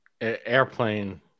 Airplane